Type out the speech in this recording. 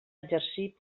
exercir